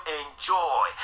enjoy